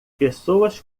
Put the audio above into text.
pessoas